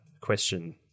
question